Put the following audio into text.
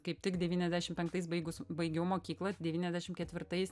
kaip tik devyniasdešim penktais baigus baigiau mokyklą devyniasdešim ketvirtais